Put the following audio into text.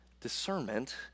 discernment